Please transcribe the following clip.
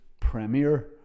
premiere